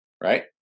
right